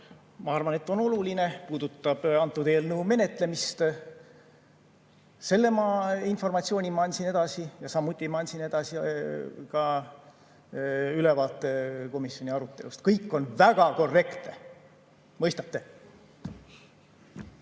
ma arvan, on oluline ja puudutab eelnõu menetlemist. Selle informatsiooni ma andsin edasi ja samuti andsin ma edasi ülevaate komisjoni arutelust. Kõik on väga korrektne. Mõistate?